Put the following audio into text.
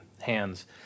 hands